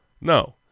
No